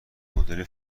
مدل